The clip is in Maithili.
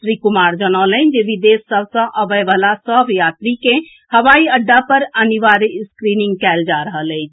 श्री कुमार जनौलनि जे विदेश सभ सँ अबएवला सभ यात्री के हवाई अड्डा पर अनिवार्य स्क्रीनिंग कएल जा रहल अछि